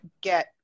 get